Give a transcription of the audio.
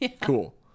Cool